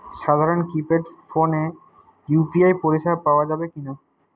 সাধারণ কিপেড ফোনে ইউ.পি.আই পরিসেবা পাওয়া যাবে কিনা?